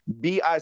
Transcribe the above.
BIC